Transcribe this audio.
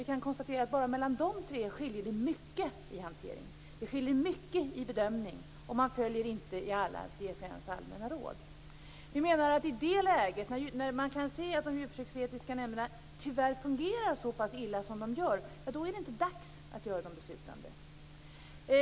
Vi kan konstatera att enbart i de tre skiljer det mycket i hantering och i bedömning, och man följer inte i alla CFN:s allmänna råd. När man i det läget kan se att de djurförsöksetiska nämnderna tyvärr fungerar så pass illa som de gör är det inte dags att göra dem beslutande.